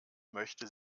möchte